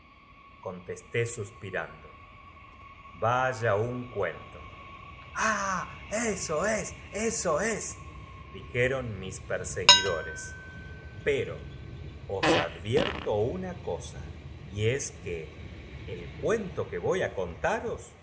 co n la boca seguidores llena de confites y las manos atestadas de pero os advierto una cosa y es qui pastillas el cuento que voy á contaros